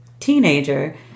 Teenager